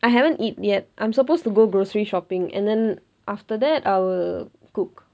I haven't eat yet I'm supposed to go grocery shopping and then after that I will cook